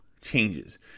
changes